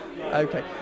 Okay